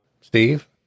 Steve